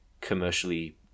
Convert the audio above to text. commercially